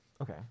Okay